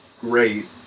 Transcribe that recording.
great